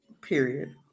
period